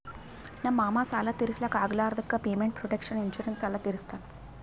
ನಮ್ ಮಾಮಾ ಸಾಲ ತಿರ್ಸ್ಲಕ್ ಆಗ್ಲಾರ್ದುಕ್ ಪೇಮೆಂಟ್ ಪ್ರೊಟೆಕ್ಷನ್ ಇನ್ಸೂರೆನ್ಸ್ ಸಾಲ ತಿರ್ಸುತ್